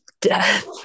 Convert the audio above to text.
death